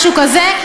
משהו כזה,